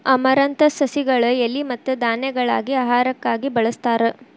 amaranthus ಸಸಿಗಳ ಎಲಿ ಮತ್ತ ಧಾನ್ಯಗಳಾಗಿ ಆಹಾರಕ್ಕಾಗಿ ಬಳಸ್ತಾರ